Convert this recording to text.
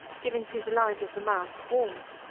giving to the lines of the mouth warmth,